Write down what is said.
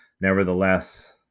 nevertheless